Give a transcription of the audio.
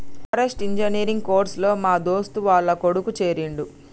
forestry engineer course లో మా దోస్తు వాళ్ల కొడుకు చేరిండు